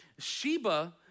Sheba